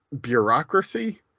Bureaucracy